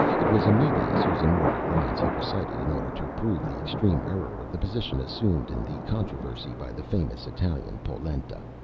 it was amebius whose immortal lines he recited in order to prove the extreme error of the position assumed in the controversy by the famous italian, polenta.